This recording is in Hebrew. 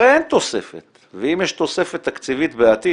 הרי אין תוספת ואם יש תוספת תקציבית בעתיד